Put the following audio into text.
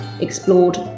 explored